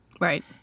Right